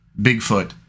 Bigfoot